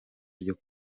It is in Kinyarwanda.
byo